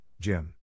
Jim